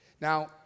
Now